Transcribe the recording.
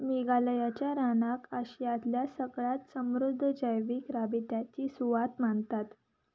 मेघालयाच्या रानाक आशियांतल्या सगळ्यात समृधद्द जैवीक राबित्याची सुवात मानतात